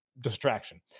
distraction